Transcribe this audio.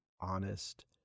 honest